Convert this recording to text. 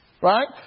Right